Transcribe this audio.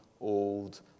old